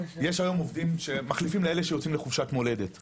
היום עובדים שמחליפים לאלה שיוצאים לחופשת מולדת,